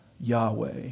Yahweh